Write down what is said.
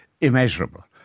immeasurable